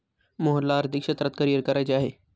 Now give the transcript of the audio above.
मोहनला आर्थिक क्षेत्रात करिअर करायचे आहे